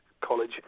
college